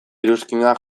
iruzkinak